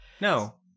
No